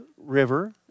River